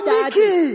Mickey